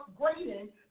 upgrading